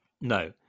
No